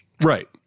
Right